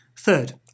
Third